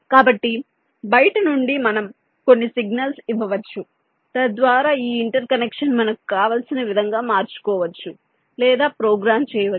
కాబట్టి బయటి నుండి మనం కొన్ని సిగ్నల్స్ ఇవ్వవచ్చు తద్వారా ఈ ఇంటర్ కనెక్షన్ మనకు కావలసిన విధంగా మార్చుకోవచ్చు లేదా ప్రోగ్రామ్ చేయవచ్చు